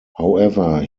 however